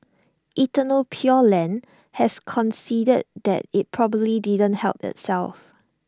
eternal pure land has conceded that IT probably didn't help itself